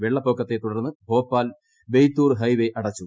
വെള്ളപ്പൊക്കത്തെ തുടർന്ന് ഭോപ്പാൽ ബേയ്ത്തൂൽ ഹൈവേ അടച്ചു